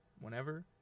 whenever